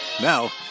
Now